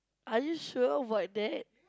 are you sure about that